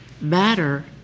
Matter